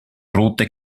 rote